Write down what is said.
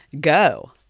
Go